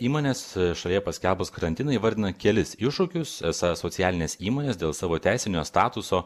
įmonės šalyje paskelbus karantiną įvardina kelis iššūkius esą socialinės įmonės dėl savo teisinio statuso